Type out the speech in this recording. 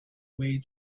way